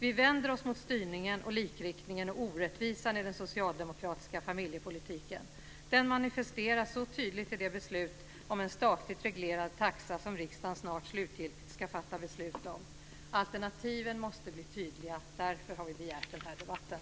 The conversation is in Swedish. Vi vänder oss mot styrningen, likriktningen och orättvisan i den socialdemokratiska familjepolitiken. Den manifesteras så tydligt i det beslut om en statligt reglerad taxa som riksdagen snart slutgiltigt ska fatta beslut om. Alternativen måste bli tydliga, därför har vi begärt den här debatten.